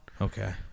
okay